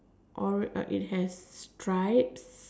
it has stripes